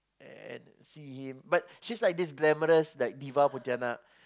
and feed him but she's like this glamorous like diva pontianak